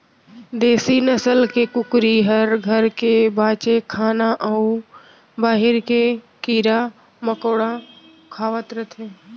देसी नसल के कुकरी हर घर के बांचे खाना अउ बाहिर के कीरा मकोड़ा खावत रथे